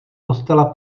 kostela